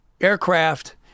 aircraft